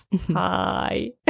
Hi